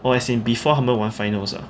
oh as in before 他们玩 finals ah